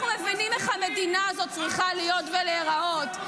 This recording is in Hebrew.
אנחנו מבינים איך המדינה הזאת צריכה להיות ולהיראות.